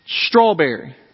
strawberry